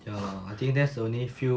ya lah I think that's the only few